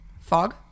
Fog